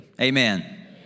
Amen